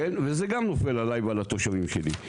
וזה גם נופל עלי ועל התושבים שלי.